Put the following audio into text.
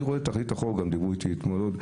תכלית החוק היא